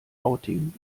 outing